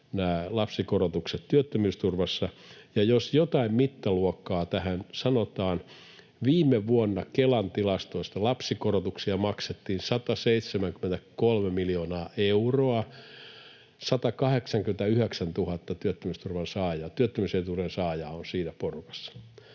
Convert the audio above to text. lapsikorotukset työttömyysturvassa. Ja jos jotain mittaluokkaa tähän sanotaan, niin viime vuonna Kelan tilastoissa lapsikorotuksia maksettiin 173 miljoonaa euroa, 189 000 työttömyysetuuden saajaa on siinä porukassa.